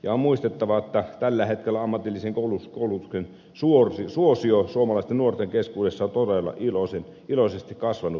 ja on muistettava että tällä hetkellä ammatillisen koulutuksen suosio suomalaisten nuorten keskuudessa on todella iloisesti kasvanut